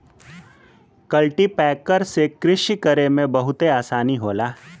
cultipacker से कृषि करे में बहुते आसानी होला